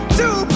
two